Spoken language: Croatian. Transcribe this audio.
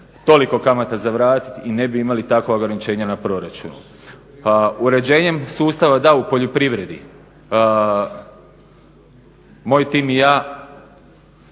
toliko kamata za vratiti i ne bi imali takva ograničenja na proračunu. Uređenjem sustava da u poljoprivredi moj tim i ja